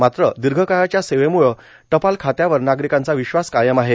मात्र दीर्घ काळाच्या सेवेमुळे टपाल खात्यावर नागरिकांचा विश्वास कायम आहे